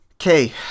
Okay